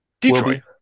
Detroit